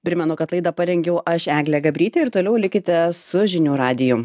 primenu kad laida parengiau aš eglė gabrytė ir toliau likite su žinių radiju